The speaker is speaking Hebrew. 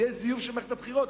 זה יהיה זיוף של מערכת הבחירות,